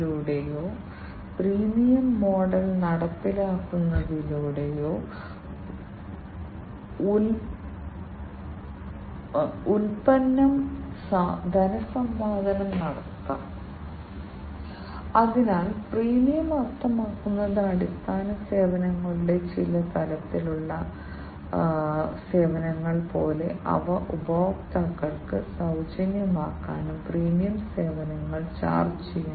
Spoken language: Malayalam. റീട്ടെയിൽ വ്യവസായത്തിൽ വ്യാവസായിക സെൻസറുകളും ഉപയോഗിക്കുന്നു ഉദാഹരണത്തിന് RFID ട്രാക്കിംഗ് ചിപ്പുകൾ GPS IoT എന്നിവ ഉപയോഗിച്ച് സാധ്യമാക്കിയ ഷിപ്പ്മെന്റുകളുടെ ട്രാക്കിംഗ് ലൊക്കേഷൻ ഷോപ്പിംഗ് കാർട്ടിലെ സെൻസറുകളും വിന്യസിച്ചിട്ടുണ്ട്